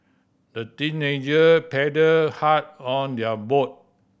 the teenager paddled hard on their boat